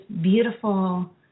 beautiful